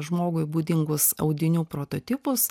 žmogui būdingus audinių prototipus